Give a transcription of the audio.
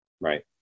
Right